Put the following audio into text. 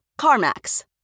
CarMax